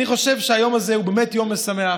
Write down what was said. אני חושב שהיום הזה הוא באמת יום משמח,